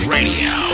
Radio